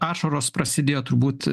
ašaros prasidėjo turbūt